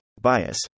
Bias